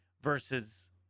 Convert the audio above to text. versus